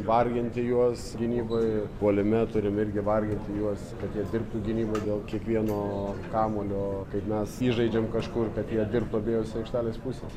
varginti juos gynyboj puolime turim irgi varginti juos kad jie dirbtų gynyboj dėl kiekvieno kamuolio kaip mes žaidžiam kažkur kad jie dirbtų abejose aikštelės pusėse